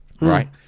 right